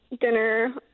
dinner